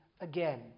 again